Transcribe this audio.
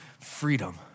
freedom